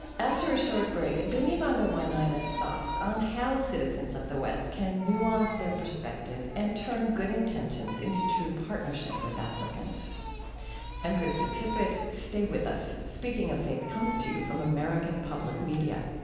after a short break, binyavanga wainaina's thoughts on how citizens of the west can nuance their perspective and turn good intentions into true partnership with africans i'm krista tippett. stay with us. speaking of faith comes to you from american public media